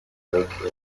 invoked